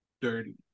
dirty